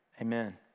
Amen